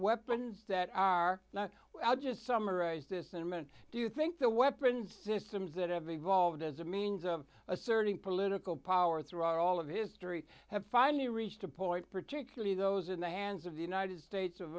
weapons that are not well just summarize this sentiment do you think the weapons systems that have evolved as a means of asserting political power throughout all of history have finally reached a point particularly those in the hands of the united states of